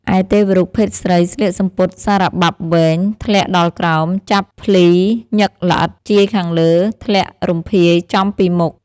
ឯទេវរូបភេទស្រីស្លៀកសំពត់សារបាប់វែង ធ្លាក់ដល់ក្រោម ចាប់ភ្លីញឹកល្អិត ជាយខាងលើឆ្លាក់រំភាយចំពីមុខ។